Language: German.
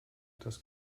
das